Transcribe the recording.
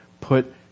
put